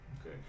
okay